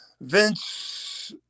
Vince